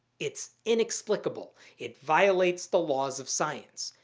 it's inexplicable. it violates the laws of science.